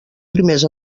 primers